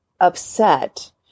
upset